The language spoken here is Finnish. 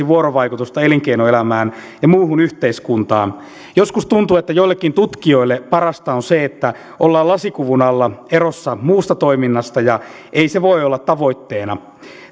vuorovaikutusta elinkeinoelämään ja muuhun yhteiskuntaan joskus tuntuu että joillekin tutkijoille parasta on se että ollaan lasikuvun alla erossa muusta toiminnasta ja ei se voi olla tavoitteena